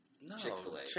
No